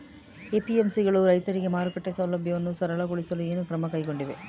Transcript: APMC ಗಳು ರೈತರಿಗೆ ಮಾರುಕಟ್ಟೆ ಸೌಲಭ್ಯವನ್ನು ಸರಳಗೊಳಿಸಲು ಏನು ಕ್ರಮ ಕೈಗೊಂಡಿವೆ?